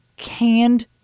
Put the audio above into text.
canned